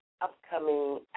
upcoming